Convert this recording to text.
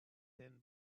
thin